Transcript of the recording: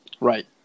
Right